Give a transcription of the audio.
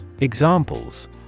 Examples